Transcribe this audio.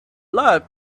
loved